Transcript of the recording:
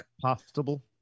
possible